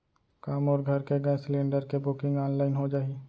का मोर घर के गैस सिलेंडर के बुकिंग ऑनलाइन हो जाही?